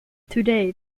today